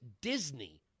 Disney